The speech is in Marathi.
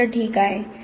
मी म्हटलं ठीक आहे